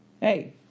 Hey